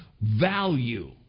value